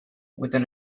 within